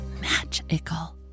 magical